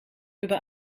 über